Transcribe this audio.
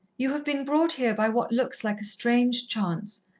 you have been brought here by what looks like a strange chance.